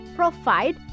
provide